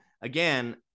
again